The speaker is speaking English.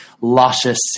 luscious